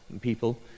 people